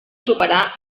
superar